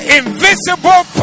invisible